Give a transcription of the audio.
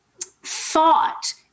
thought